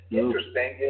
interesting